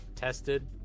tested